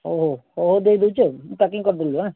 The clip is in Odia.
ହଉ ହଉ ହଉ ହଉ ଦେଇଦେଉଛି ଆଉ ମୁଁ ପ୍ୟାକିଂ କରିଦେଲି